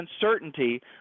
uncertainty